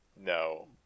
No